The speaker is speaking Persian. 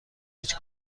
هیچ